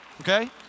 Okay